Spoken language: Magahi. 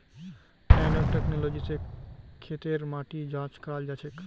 नैनो टेक्नोलॉजी स खेतेर माटी जांच कराल जाछेक